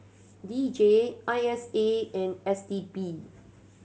D J I S A and S T B